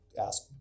ask